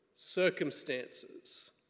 circumstances